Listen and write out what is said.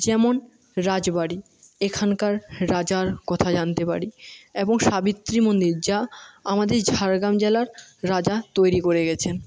যেমন রাজবাড়ি এখানকার রাজার কথা জানতে পারি এবং সাবিত্রী মন্দির যা আমাদের ঝাড়গ্রাম জেলার রাজা তৈরি করে গেছেন